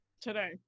today